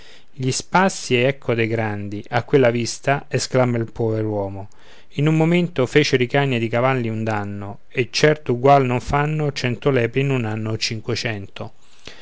gli spassi ecco dei grandi a quella vista esclama il pover'uomo in un momento fecero i cani ed i cavalli un danno che certo ugual non fanno cento lepri in un anno o cinquecento